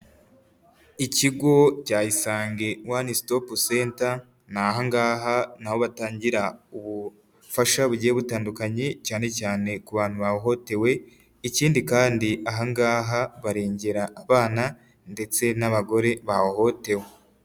Ikigo cya isange wani sitopu senta, ni aha ngaha, ni aho batangira ubufasha bugiye butandukanye, cyane cyane ku bantu bahohotewe, ikindi kandi ahangaha barengera abana ndetse n'abagore bahohotewe.